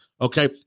okay